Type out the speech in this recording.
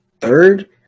third